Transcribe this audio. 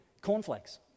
cornflakes